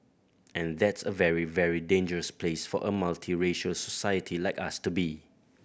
and that's a very very dangerous place for a multiracial society like us to be